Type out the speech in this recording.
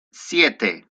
siete